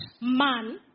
man